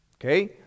Okay